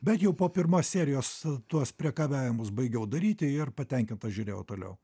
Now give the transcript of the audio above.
bet jau po pirmos serijos tuos priekabiavimus baigiau daryti ir patenkintas žiūrėjau toliau